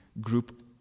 group